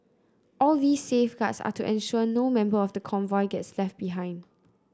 all these safeguards are to ensure no member of the convoy gets left behind